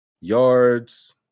yards